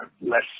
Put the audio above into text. less